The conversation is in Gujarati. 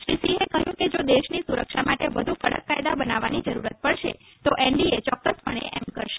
શ્રી સિંહે કહ્યું કે જો દેશની સુરક્ષા માટે વધુ કડક કાયદા બનાવવાની જરૂરત પડશે તો એનડીએ ચોક્કસપણે એમ કરશે